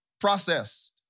processed